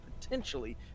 potentially